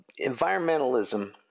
environmentalism